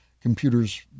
computers